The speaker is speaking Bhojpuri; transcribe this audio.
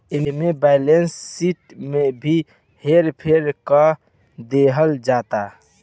एमे बैलेंस शिट में भी हेर फेर क देहल जाता